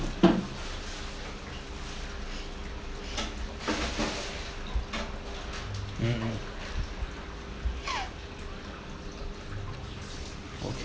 mm mm